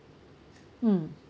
mm